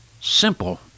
simple